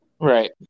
Right